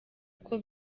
uko